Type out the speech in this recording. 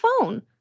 phone